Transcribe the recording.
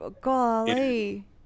Golly